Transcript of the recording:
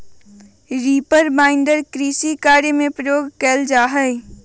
reaper binder कृषि कार्य में प्रयोग कइल जा हई